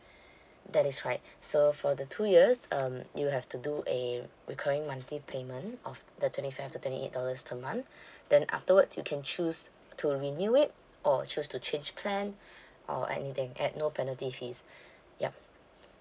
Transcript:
that is right so for the two years um you have to do a recurring monthly payment of the twenty five to twenty eight dollars per month then afterwards you can choose to renew it or choose to change plan or anything at no penalty fees yup